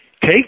take